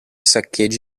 saccheggi